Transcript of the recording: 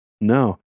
No